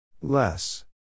Less